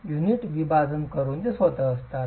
unit विभाजन करून ते स्वतः असतात